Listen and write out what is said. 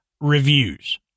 reviews